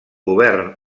govern